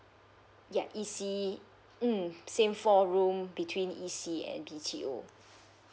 yup E_C hmm same four room between E_C and B_T_O